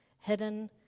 hidden